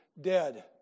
dead